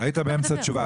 באמצע תשובה,